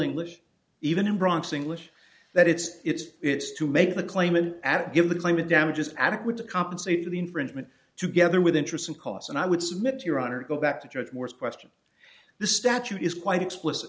english even in bronx english that it's it's it's to make the claimant at give the claimant damages adequate to compensate for the infringement together with interest and costs and i would submit to your honor go back to dr morse question the statute is quite explicit